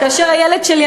כאשר הילד שלי,